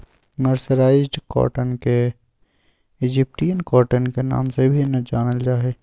mercerised cotton के Egyptian cotton के नाम से भी जानल जा हई